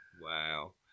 Wow